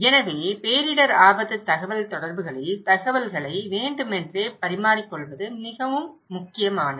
எனவே பேரிடர் ஆபத்து தகவல்தொடர்புகளில் தகவல்களை வேண்டுமென்றே பரிமாறிக்கொள்வது மிகவும் முக்கியமானது